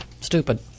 Stupid